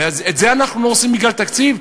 אז את זה אנחנו עושים בגלל תקציב?